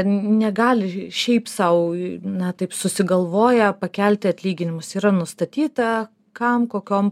negali šiaip sau na taip susigalvoja pakelti atlyginimus yra nustatyta kam kokiom